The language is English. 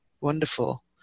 wonderful